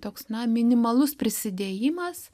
toks na minimalus prisidėjimas